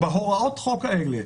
בהוראות החוק האלה,